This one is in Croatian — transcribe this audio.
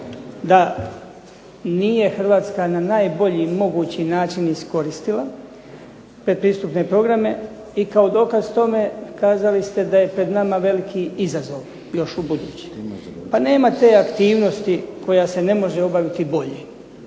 da nije Hrvatska na najbolji mogući način iskoristila pretpristupne programe. I kao dokaz tome kazali ste da je pred nama veliki izazov još ubuduće. Pa nema te aktivnosti koja se može obaviti bolje,